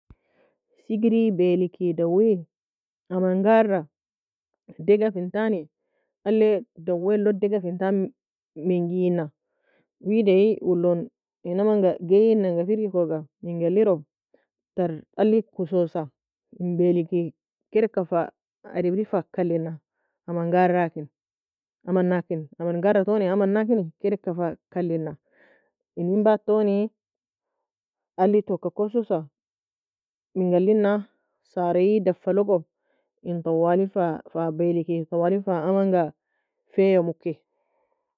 Sigeri balike dawi aman gara dega fintani alli dawe log dega fintani minei na wida ulon enanga geina ga firgi koga minga alir tar alli kosusa en balike ka kedeka fa ademri fa kalyna aman gar laken amn lnaken amn gara touni amn laken kedeka fa kalyna eni batoni alli to ka kosusa ming alina sarye deffa logo en twali fa balike twali fa aman ga feiyah moky